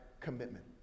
commitment